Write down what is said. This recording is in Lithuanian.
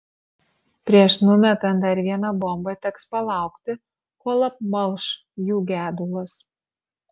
prieš numetant dar vieną bombą teks palaukti kol apmalš jų gedulas